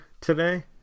today